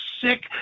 sick